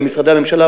במשרדי הממשלה,